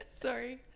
Sorry